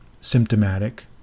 symptomatic